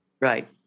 Right